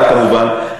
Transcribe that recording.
ושר האוצר כמובן.